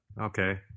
Okay